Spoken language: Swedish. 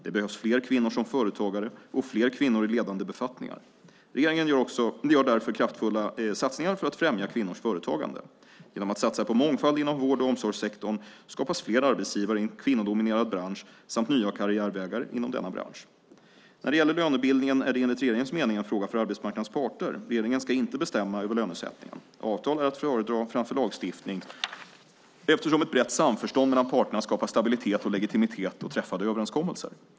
Det behövs fler kvinnor som företagare och fler kvinnor i ledande befattningar. Regeringen gör därför kraftfulla satsningar för att främja kvinnors företagande. Genom att satsa på mångfald inom vård och omsorgssektorn skapas fler arbetsgivare i en kvinnodominerad bransch samt nya karriärvägar inom denna bransch. När det gäller lönebildningen är det enligt regeringens mening en fråga för arbetsmarknadens parter. Regeringen ska inte bestämma över lönesättningen. Avtal är att föredra framför lagstiftning, eftersom ett brett samförstånd mellan parterna skapar stabilitet och legitimitet åt träffade överenskommelser.